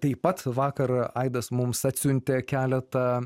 taip pat vakar aidas mums atsiuntė keletą